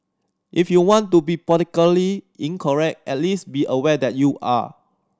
if you want to be politically incorrect at least be a weather you are